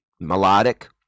melodic